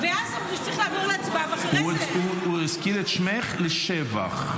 הוא הזכיר את שמך לשבח.